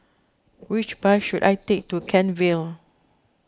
which bus should I take to Kent Vale